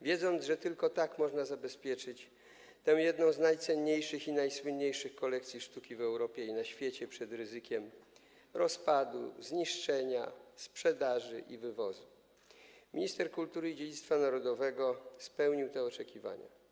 Wiedząc, że tylko tak można zabezpieczyć tę jedną z najcenniejszych i najsłynniejszych kolekcji sztuki w Europie i na świecie przed ryzykiem rozpadu, zniszczenia, sprzedaży i wywozu, minister kultury i dziedzictwa narodowego spełnił te oczekiwania.